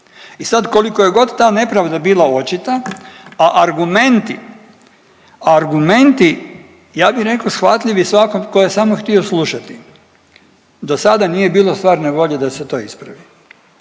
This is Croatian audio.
I sad koliko je god ta nepravda bila očita, a argumenti, argumenti ja bi rekao shvatljivi svakome tko je samo htio slušati. Do sada nije bilo stvarne volje da se to ispravi,